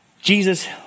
Jesus